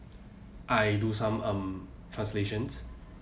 I do some um translations